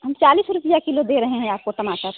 हम चालीस रुपया किलो दे रहे हैं आपको टमाटर